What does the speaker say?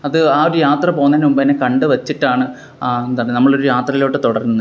അത് ആ ഒര് യാത്ര പോകുന്നതിന് മുമ്പ്തന്നെ കണ്ട് വെച്ചിട്ടാണ് എന്താണ് നമ്മളൊരു യാത്രയിലോട്ട് തുടങ്ങുന്നത്